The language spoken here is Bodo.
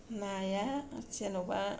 नाया जेनबा